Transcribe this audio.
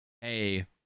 Hey